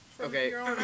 Okay